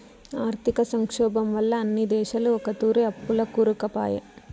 ఆర్థిక సంక్షోబం వల్ల అన్ని దేశాలు ఒకతూరే అప్పుల్ల కూరుకుపాయే